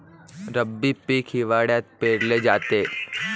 रब्बी पीक हिवाळ्यात पेरले जाते